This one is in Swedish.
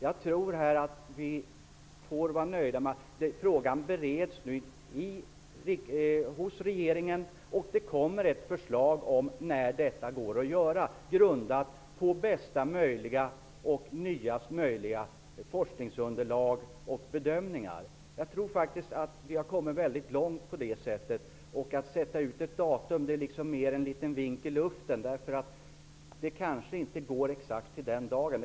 Jag tror att vi får vara nöjda med att frågan bereds hos regeringen. Det skall läggas fram ett förslag när avvecklingen skall kunna genomföras grundat på bästa möjliga och nyast möjliga forskningsunderlag och bedömningar. Jag tror att vi har kommit långt. Att sätta ut ett datum är mer en vink i luften. Det kanske inte går exakt till den dagen.